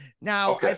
Now